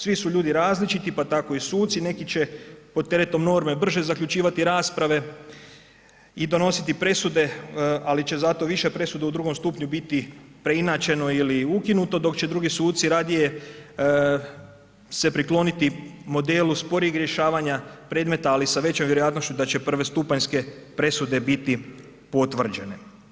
Svi su ljudi različiti pa tako i suci, neki će pod teretom norme brže zaključivati rasprave i donositi presude ali će zato više presuda u drugom stupnju biti preinačeno ili ukinuto dok će drugi suci radije se prikloniti modelu sporijeg rješavanja predmeta ali sa većom vjerojatnošću da će prvostupanjske presude biti potvrđene.